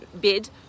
bid